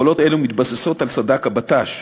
יכולות אלה מתבססות על סד"כ הבט"ש,